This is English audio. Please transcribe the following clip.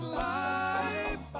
life